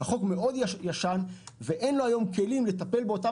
החוק מאוד ישן ואין לו היום כלים לטפל באותם